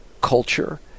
culture